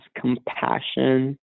compassion